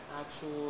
actual